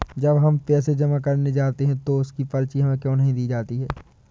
जब हम पैसे जमा करने जाते हैं तो उसकी पर्ची हमें क्यो नहीं दी जाती है?